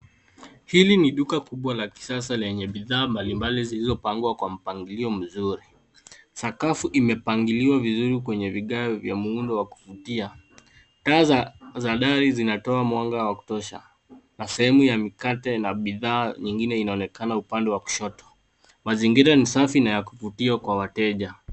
Hili ni duka kubwa la kisasa lenye bidhaa mbalimbali zilizopangwa kwa mpangilio mzuri. Sakafu imepangiliwa vizuri kwney vigae vya muundo wa kuvutia. Taa za dari zinatoa mwanga wa kutosha na sehemu ya mikate na bidhaa nyingine inaonekaa upande wa kushoto. Mazingira ni safi na ya kuvutia kwa wateja.